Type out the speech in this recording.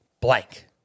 blank